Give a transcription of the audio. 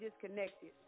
disconnected